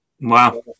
Wow